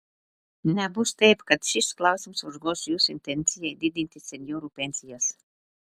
nebus taip kad šis klausimas užgoš jūsų intenciją didinti senjorų pensijas